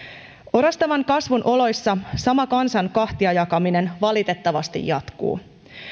orastavan kasvun oloissa sama kansan kahtia jakaminen valitettavasti jatkuu